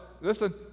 listen